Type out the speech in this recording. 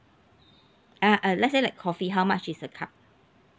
uh uh let's say like coffee how much is a cup